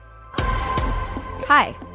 Hi